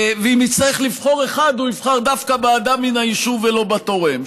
ואם יצטרך לבחור אחד הוא יבחר דווקא באדם מהיישוב ולא בתורם.